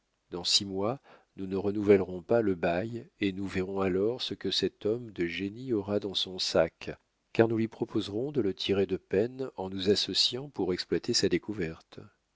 dans six mois nous ne renouvellerons pas le bail et nous verrons alors ce que cet homme de génie aura dans son sac car nous lui proposerons de le tirer de peine en nous associant pour exploiter sa découverte